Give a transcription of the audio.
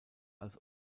als